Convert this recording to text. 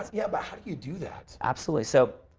ah yeah. but how do you do that? absolutely. so,